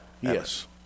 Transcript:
Yes